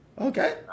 Okay